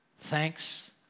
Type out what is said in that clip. Thanks